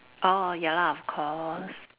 orh ya lah of course